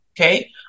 Okay